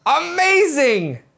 Amazing